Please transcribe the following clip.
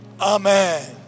Amen